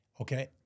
Okay